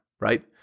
right